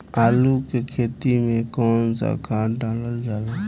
आलू के खेती में कवन सा खाद डालल जाला?